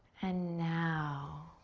and now,